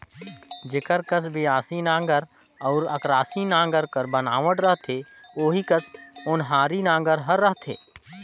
जेकर कस बियासी नांगर अउ अकरासी नागर कर बनावट रहथे ओही कस ओन्हारी नागर हर रहथे